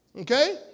Okay